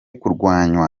kurwanywa